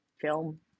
film